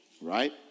right